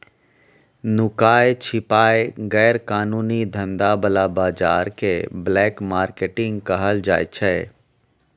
नुकाए छिपाए गैर कानूनी धंधा बला बजार केँ ब्लैक मार्केट कहल जाइ छै